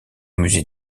musée